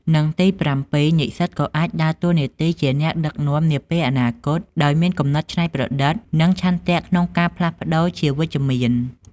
និងទីប្រាំពីរ និស្សិតក៏អាចដើរតួនាទីជាអ្នកដឹកនាំនាពេលអនាគត ដោយមានគំនិតច្នៃប្រឌិត និងឆន្ទៈក្នុងការផ្លាស់ប្ដូរជាវិជ្ជមាន។